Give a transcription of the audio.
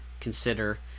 consider